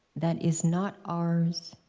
that is not ours,